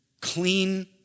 clean